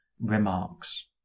remarks